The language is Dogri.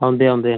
औंदे औंदे